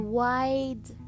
wide